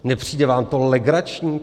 Nepřijde vám to legrační?